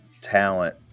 talent